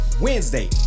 Wednesday